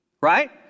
right